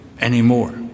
anymore